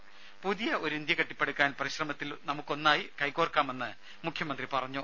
രുമ പുതിയ ഒരിന്ത്യ കെട്ടിപ്പടുക്കാൻ പരിശ്രമത്തിൽ നമുക്കൊന്നായി കൈകോർക്കാമെന്ന് മുഖ്യമന്ത്രി പറഞ്ഞു